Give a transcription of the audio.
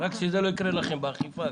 רק שזה לא יקרה לכם גם באכיפה.